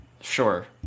Sure